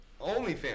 OnlyFans